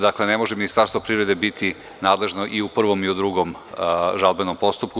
Dakle, ne može Ministarstvo privrede biti nadležno i u prvom i u drugom žalbenom postupku.